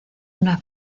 una